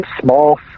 small